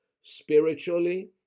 spiritually